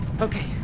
Okay